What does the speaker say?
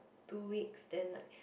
two weeks then like